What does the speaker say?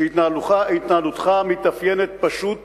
שהתנהלותך מתאפיינת פשוט